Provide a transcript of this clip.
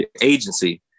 agency